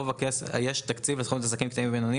יש תקציב לסוכנות לעסקים קטנים ובינוניים